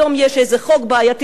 היום יש איזה חוק בעייתי,